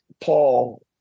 Paul